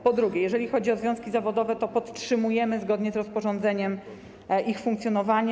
Po drugie, jeżeli chodzi o związki zawodowe, to podtrzymujemy zgodnie z rozporządzeniem ich funkcjonowanie.